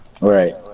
Right